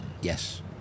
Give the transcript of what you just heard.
Yes